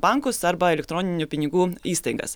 bankus arba elektroninių pinigų įstaigas